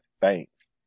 thanks